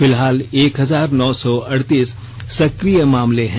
फिलहाल एक हजार नौ सौ अड़तीस सक्रिय मामले हैं